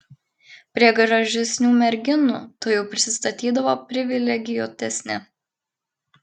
prie gražesnių merginų tuojau prisistatydavo privilegijuotesni